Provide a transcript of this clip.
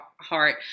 heart